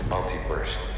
Multiverse